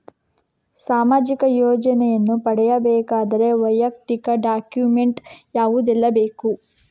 ಸಾಮಾಜಿಕ ಯೋಜನೆಯನ್ನು ಪಡೆಯಬೇಕಾದರೆ ವೈಯಕ್ತಿಕ ಡಾಕ್ಯುಮೆಂಟ್ ಯಾವುದೆಲ್ಲ ಬೇಕು?